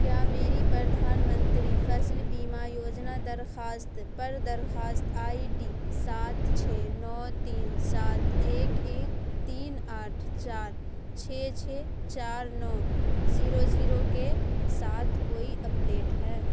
کیا میری پردھان منتری فصل بیمہ یوجنا درخواست پر درخواست آئی ڈی سات چھ نو تین سات ایک ایک تین آٹھ چار چھ چھ چار نو زیرو زیرو کے ساتھ کوئی اپ ڈیٹ ہے